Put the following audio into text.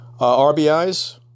RBIs